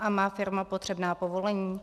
A má firma potřebná povolení?